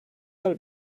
del